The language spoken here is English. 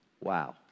Wow